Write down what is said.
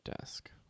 desk